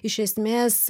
iš esmės